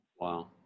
Wow